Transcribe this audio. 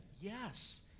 Yes